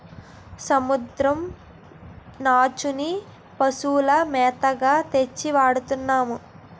సముద్రం నాచుని పశువుల మేతగా తెచ్చి వాడతన్నాము